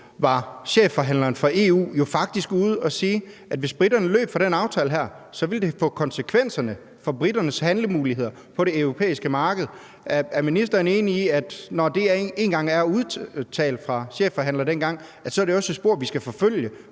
var chefforhandleren fra EU jo faktisk ude at sige, at det, hvis briterne løb fra den her aftale, så ville få konsekvenser for briternes handlemuligheder på det europæiske marked. Er ministeren enig i, at det, når det dengang blev udtalt af chefforhandleren, så også er et spor, vi skal forfølge,